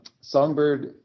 Songbird